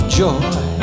joy